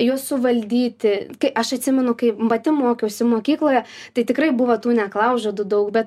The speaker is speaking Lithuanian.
juos suvaldyti kai aš atsimenu kai pati mokiausi mokykloje tai tikrai buvo tų neklaužadų daug bet